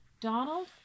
Donald